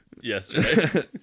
yesterday